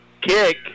kick